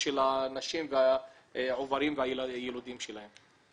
של הנשים והעוברים והיילודים שלהן.